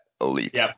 elite